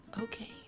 okay